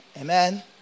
Amen